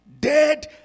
dead